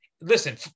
listen